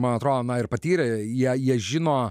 man atrodo na ir patyrę jie jie žino